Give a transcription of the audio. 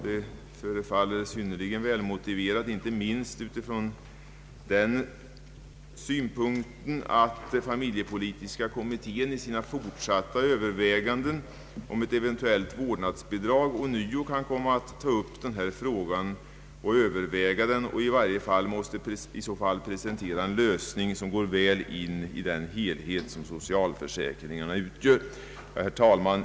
Det förefaller synnerligen välmotiverat, inte minst utifrån den synpunkten att familjepolitiska kommittén i sina fortsatta överväganden om ett eventuellt vårdnadsbidrag ånyo kan komma att ta upp den här frågan och presentera en lösning som går väl in i den helhet socialförsäkringen utgör. Herr talman!